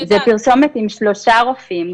זו פרסומת עם שלושה רופאים,